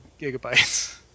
gigabytes